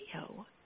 video